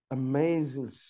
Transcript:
amazing